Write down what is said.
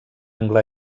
angle